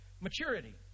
maturity